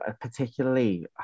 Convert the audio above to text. particularly